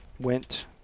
went